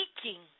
speaking